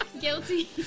Guilty